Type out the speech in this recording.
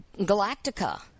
Galactica